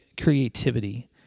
creativity